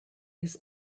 his